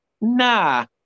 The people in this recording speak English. nah